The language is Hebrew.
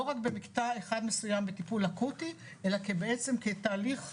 לא רק במקטע אחד מסוים בטיפול אקוטי אלא כבעצם כתהליך מורכב,